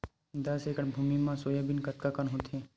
दस एकड़ भुमि म सोयाबीन कतका कन होथे?